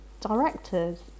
directors